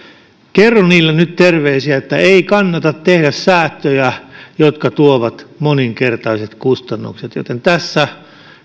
kerro niille nyt terveisiä että ei kannata tehdä säästöjä jotka tuovat moninkertaiset kustannukset joten tässä